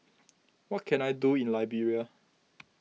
what can I do in Liberia